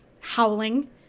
howling